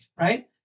Right